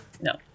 No